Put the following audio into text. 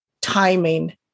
timing